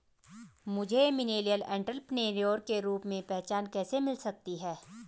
मुझे millennial entrepreneur के रूप में पहचान कैसे मिल सकती है?